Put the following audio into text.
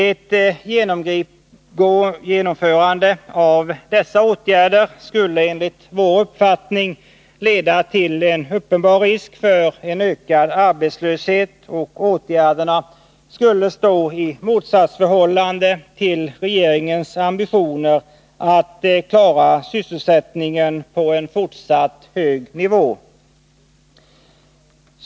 Ett genomförande av dessa åtgärder skulle enligt vår uppfattning leda till uppenbar risk för en ökad arbetslöshet, och åtgärderna skulle stå i motsatsförhållande till regeringens ambitioner att klara sysselsättningen på en fortsatt hög nivå.